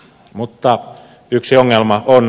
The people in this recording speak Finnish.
mutta yksi ongelma on